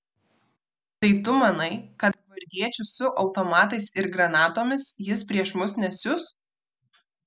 tai tu manai kad gvardiečių su automatais ir granatomis jis prieš mus nesiųs